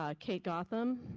ah kate gotham,